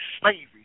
slavery